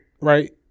right